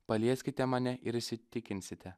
palieskite mane ir įsitikinsite